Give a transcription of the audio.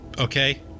okay